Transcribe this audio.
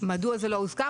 מדוע זה לא הוזכר?